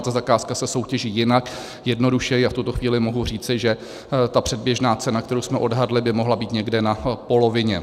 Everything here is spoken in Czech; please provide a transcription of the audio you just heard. Ta zakázka se soutěží jinak, jednodušeji, a v tuto chvíli mohu říci, že ta předběžná cena, kterou jsme odhadli, by mohla být někde na polovině.